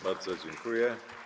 Bardzo dziękuję.